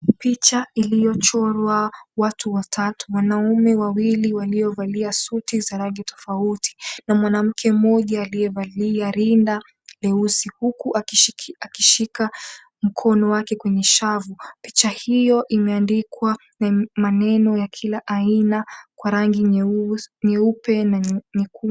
Picha iliyochorwa watu watatu wanaume wawili waliovalia suti za rangi tofauti na mwanamke mmoja aliyevalia rinda leusi, huku akishika mkono wake kwenye shavu. Picha hiyo imeandikwa maneno ya kila aina kwa rangi nyeupe na nyekundu.